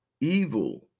Evil